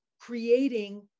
creating